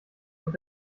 und